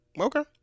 Okay